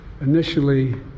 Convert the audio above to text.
initially